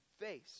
face